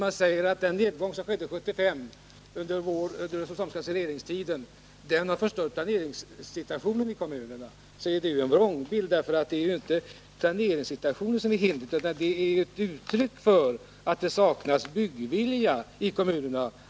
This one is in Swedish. Att säga att nedgången 1975 under den = socialdemokratiska regeringstiden har förstört planeringssituationen i kommunerna är att ge en vrångbild. Planeringssituationen är ju inte ett hinder. Att vi har en låg planeringsnivå är ett uttryck för att det saknas byggvilja i kommunerna.